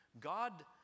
God